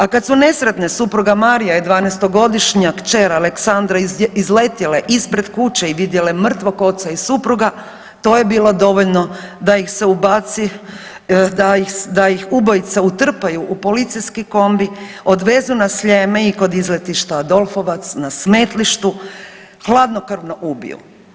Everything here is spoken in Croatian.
A kad su nesretne supruga Marija i 12-godišnja kćer Aleksandra izletjele ispred kuće i vidjele mrtvog oca i supruga, to je bilo dovoljno da ih ubojice utrpaju u policijski kombi odvezu na Sljeme i kod izletišta Adolfovac na smetlištu hladnokrvno ubiju.